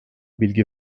bilgi